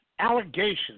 allegations